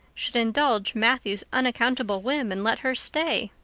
should indulge matthew's unaccountable whim and let her stay?